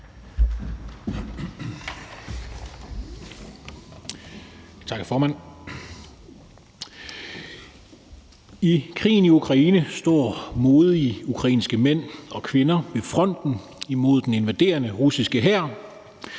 Tak, hr. formand. I krigen i Ukraine står modige ukrainske mænd og kvinder ved fronten imod den invaderende russiske hær.